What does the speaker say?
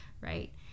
right